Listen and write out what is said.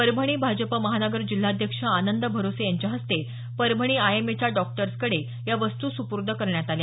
परभणी भाजपा महानगर जिल्हाध्यक्ष आनंद भरोसे यांच्याहस्ते परभणी आय एम एच्या डॉक्टर्सकडे या वस्तु सुपूर्द करण्यात आल्या